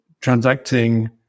transacting